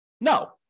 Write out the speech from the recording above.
No